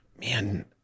Man